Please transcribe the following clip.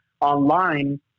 online